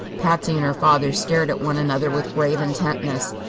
patsy and her father stared at one another with grave intentness.